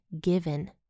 given